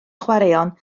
chwaraeon